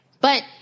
But-